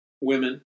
women